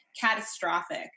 catastrophic